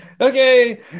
okay